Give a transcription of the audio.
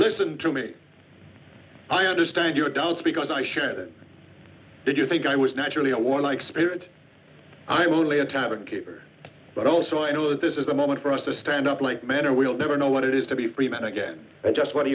listen to me i understand your doubts because i sure did you think i was naturally a war like spirit i'm only a tavern keeper but also i know that this is a moment for us to stand up like man or we'll never know what it is to be free men again just what do